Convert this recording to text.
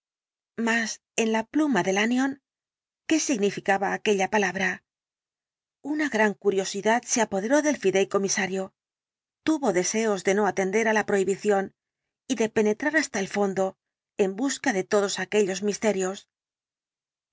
mas en la pluma de lanyón qué significaba aquella palabra una gran curiosidad se apoderó del fideicomisario tuvo deseos de no atender á la el dr jekyll prohibición y de penetrar hasta el fondo en busca de todos aquellos misterios